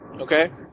okay